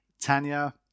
Tanya